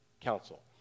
Council